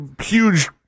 huge